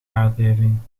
aardbeving